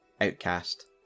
outcast